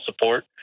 support